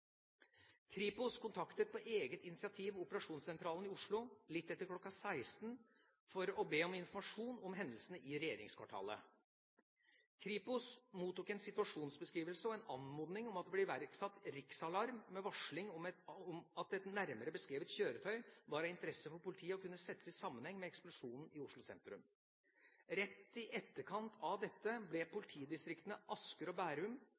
Kripos kontaktet på eget initiativ operasjonssentralen i Oslo litt etter kl. 16.00 for å be om informasjon om hendelsen i regjeringskvartalet. Kripos mottok en situasjonsbeskrivelse og en anmodning om at det ble iverksatt riksalarm med varsling om at et nærmere beskrevet kjøretøy var av interesse for politiet og kunne settes i sammenheng med eksplosjonen i Oslo sentrum. Rett i etterkant av dette ble politidistriktene Asker og Bærum,